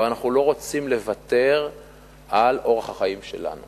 אבל אנחנו לא רוצים לוותר על אורח החיים שלנו